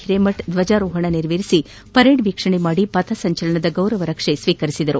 ಹೀರೇಮಠ್ ಧ್ವಜಾರೋಹಣ ನೆರವೇರಿಸಿ ಪರೇಡ್ ಎೕಕ್ಷಣೆ ಮಾಡಿ ಪಥಸಂಚಲನದ ಗೌರವರಕ್ಷೆ ಸ್ವೀಕರಿಸಿದರು